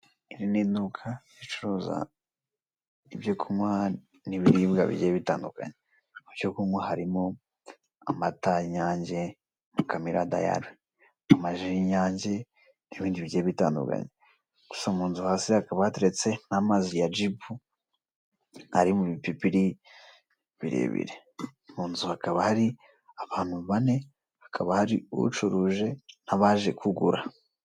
Iri ni iduka ricuruza ibyo kunywa n'ibiribwa bigiye bitandukanye. Mu byo kunywa harimo amata y'inyange, mukamira dayari, amaji y'inyange n'ibindi bigive bitandukanye. Gusa mu nzu hasi hakaba hateretse n'amazi ya Jibu ari mu bipipiri birebire; mu nzu hakaba hari abantu bane, hakaba hari ucuruje n'abaje kugura.